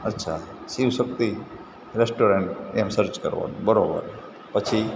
અચ્છા શિવશક્તિ રેસ્ટોરન્ટ એમ સર્ચ કરવાનું બરાબર પછી